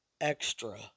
extra